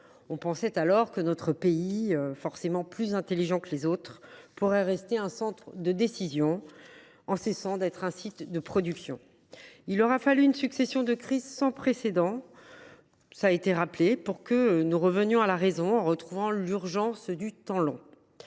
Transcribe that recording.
On pensait alors que notre pays, où l’on est forcément plus intelligent que les autres, pourrait rester un centre de décision en cessant d’être un site de production. Il aura fallu une succession de crises sans précédent pour que nous revenions à la raison et que nous retrouvions l’urgence du temps long.